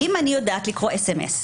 אם אני יודעת לקרוא אס.אמ.אס,